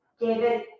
David